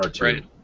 Right